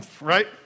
Right